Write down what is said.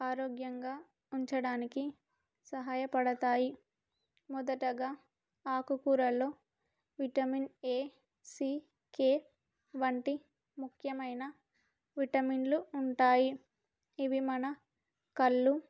ఆరోగ్యంగా ఉంచడానికి సహాయపడతాయి మొదటగా ఆకుకూరలో విటమిన్ ఏ సీ కే వంటి ముఖ్యమైన విటమిన్లు ఉంటాయి ఇవి మన కళ్ళు